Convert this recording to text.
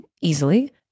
easily